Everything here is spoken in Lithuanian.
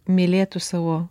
mylėtų savo